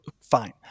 Fine